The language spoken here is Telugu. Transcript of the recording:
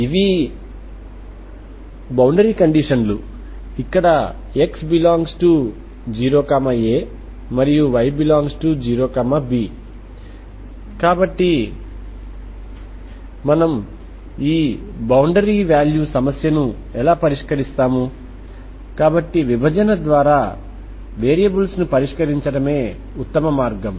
ఇవి బౌండరీ కండిషన్లు ఇక్కడ x∈0aమరియు y∈0bకాబట్టి మనము ఈ బౌండరీ వాల్యూ సమస్యను ఎలా పరిష్కరిస్తాము కాబట్టి విభజన ద్వారా వేరియబుల్స్ ను పరిష్కరించడమే ఉత్తమ మార్గం